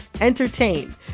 entertain